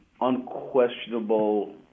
unquestionable